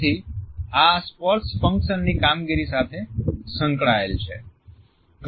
તેથી આ સ્પર્શ ફંક્શન ની કામગીરી સાથે સંકળાયેલા છે